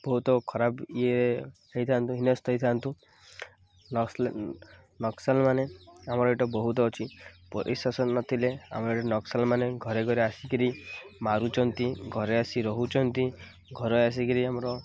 ବହୁତ ଖରାପ ଇଏ ହେଇଥାନ୍ତୁ ହିନସ୍ଥା ହେଇଥାନ୍ତୁ ନକ୍ଶାଲ ମାନ ଆମର ଏଇଟା ବହୁତ ଅଛି ପରିଶାସନ ନଥିଲେ ଆମର ଏଟେ ନକ୍ଶଲ ମାନ ଘରେ ଘରେ ଆସିକିରି ମାରୁଛନ୍ତି ଘରେ ଆସି ରହୁଛନ୍ତି ଘରେ ଆସିକିରି ଆମର